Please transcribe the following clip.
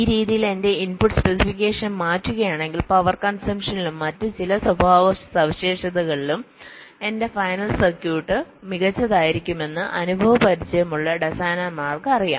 ഈ രീതിയിൽ എന്റെ ഇൻപുട്ട് സ്പെസിഫിക്കേഷൻ മാറ്റുകയാണെങ്കിൽ പവർ കൺസംപ്ഷനിലും മറ്റ് ചില സ്വഭാവസവിശേഷതകളിലും എന്റെ ഫൈനൽ സർക്യൂട്ട് മികച്ചതായിരിക്കുമെന്ന് അനുഭവപരിചയമുള്ള ഡിസൈനർമാർക്ക് അറിയാം